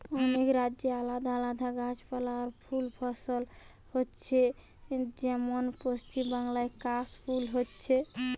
অনেক রাজ্যে আলাদা আলাদা গাছপালা আর ফুল ফসল হচ্ছে যেমন পশ্চিমবাংলায় কাশ ফুল হচ্ছে